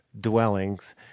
Dwellings